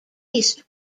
least